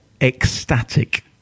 ecstatic